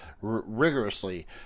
rigorously